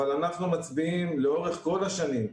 אבל אנחנו מצביעים לאורך כל השנים,